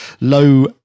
low